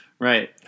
right